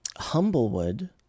Humblewood